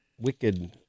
wicked